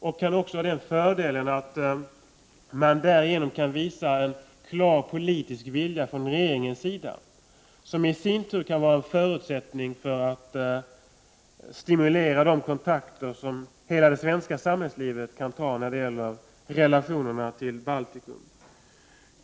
Det kan också ha den fördelen att man därigenom kan visa en klar politisk vilja från regeringens sida, vilket i sin tur kan vara en förutsättning för att man skall kunna stimulera de kontakter som hela det svenska samhällslivet kan ta när det gäller relationerna till Baltikum.